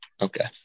Okay